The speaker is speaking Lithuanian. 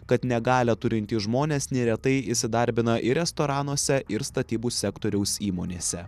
kad negalią turintys žmonės neretai įsidarbina ir restoranuose ir statybų sektoriaus įmonėse